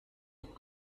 würde